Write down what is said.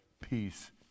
peace